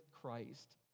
Christ